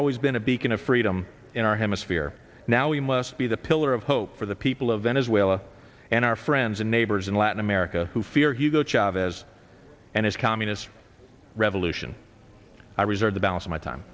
always been a beacon of freedom in our hemisphere now we must be the pillar of hope for the people of venezuela and our friends and neighbors in latin america who fear hugo chavez and his communist revolution i reserve the balance of my time